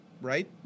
right